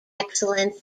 excellence